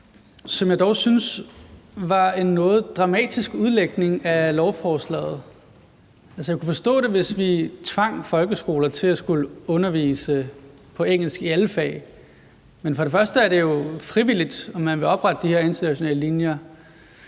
som jeg dog synes var en noget dramatisk udlægning af lovforslaget. Altså, jeg kunne forstå det, hvis vi tvang folkeskoler til at skulle undervise på engelsk i alle fag. Men det er jo frivilligt, om man vil oprette de her internationale linjer,